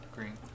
Green